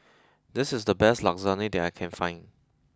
this is the best Lasagne that I can find